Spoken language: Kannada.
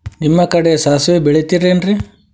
ನಿಮ್ಮ ಕಡೆ ಸಾಸ್ವಿ ಬೆಳಿತಿರೆನ್ರಿ?